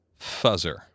fuzzer